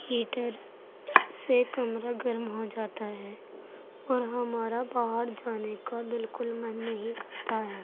heater سے کمرہ گرم ہو جاتا ہے اور ہمارا باہر جانے کا بالکل من نہیں کرتا ہے